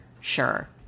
sure